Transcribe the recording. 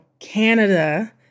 Canada